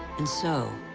and so,